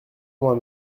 moi